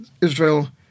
Israel